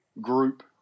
group